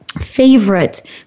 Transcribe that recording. favorite